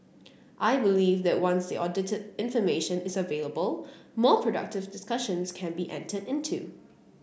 I believe that once the audited information is available more productive discussions can be entered into